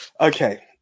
Okay